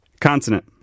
Consonant